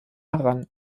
heran